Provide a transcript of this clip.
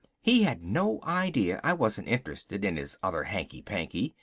he had no idea i wasn't interested in his other hanky-panky,